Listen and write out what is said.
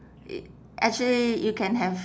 it actually you can have